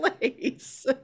place